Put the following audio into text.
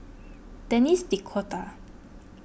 Denis D'Cotta